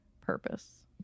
purpose